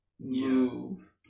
move